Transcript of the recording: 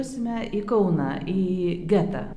važiuosime į kauną į getą